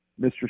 Mr